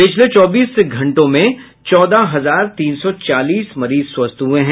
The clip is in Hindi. पिछले चौबीस घंटों में चौदह हजार तीन सौ चालीस मरीज स्वस्थ हुये हैं